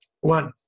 One